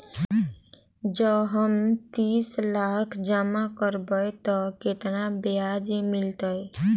जँ हम तीस लाख जमा करबै तऽ केतना ब्याज मिलतै?